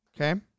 okay